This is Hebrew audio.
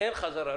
ושאין חזרה.